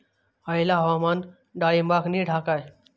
हयला हवामान डाळींबाक नीट हा काय?